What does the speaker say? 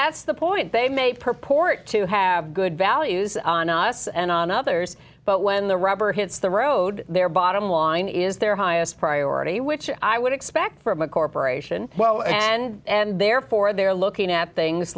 that's the point they may purport to have good values on us and on others but when the rubber hits the road their bottom line is their highest priority which i would expect from a corporation well and therefore they're looking at things